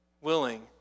willing